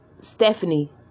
Stephanie